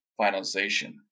finalization